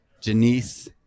Janice